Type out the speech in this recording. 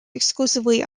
exclusively